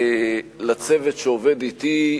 לצוות שעובד אתי,